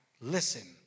listen